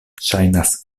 ŝajnas